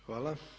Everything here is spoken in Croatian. Hvala.